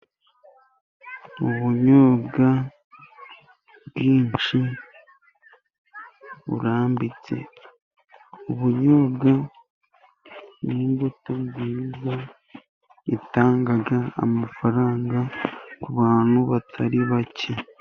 Ubunyobwa bwinshi burambitse, ubunyobwa ni imbuto nziza itanga amafaranga ku bantu batari bake.